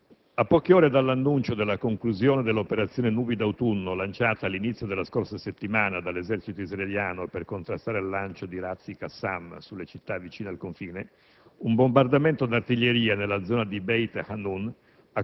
A poche ore dall'annuncio della conclusione dell'operazione «Nubi d'autunno», lanciata all'inizio della scorsa settimana dall'esercito israeliano per contrastare il lancio di razzi Qassam sulle città vicine al confine, un bombardamento d'artiglieria nella zona di Beit Hanun